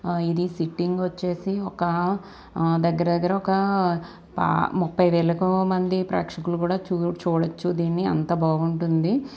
ఇది సిట్టింగ్ వచ్చేసి ఒక దగ్గర దగ్గర ఒక ముప్పై వేలకు మంది ప్రేక్షకులకు కూడా చూ చూడచ్చు దీన్ని అంత బాగుంటుంది